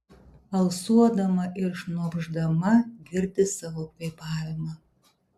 alsuodama ir šnopšdama girdi savo kvėpavimą